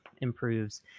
improves